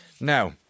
Now